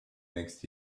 next